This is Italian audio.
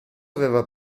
aveva